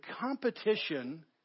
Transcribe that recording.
competition